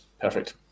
perfect